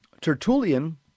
Tertullian